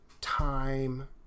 time